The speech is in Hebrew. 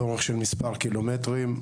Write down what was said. לאורך של מספר קילומטרים.